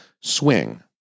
swing